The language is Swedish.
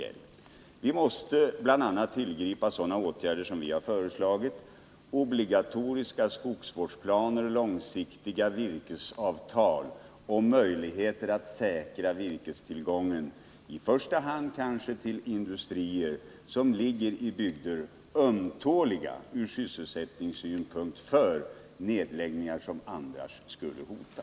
Man måste bl.a. tillgripa sådana åtgärder som vi socialdemokrater har föreslagit: obligatoriska skogsvårdsplaner, långsiktiga virkesavtal och möjligheter att säkra virkestillgången i första hand till industrier som ligger i bygder som är ömtåliga ur sysselsättningssynpunkt och där nedläggningar annars skulle hota.